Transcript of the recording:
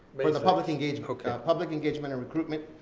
but and the public engagement. public engagement and recruitment,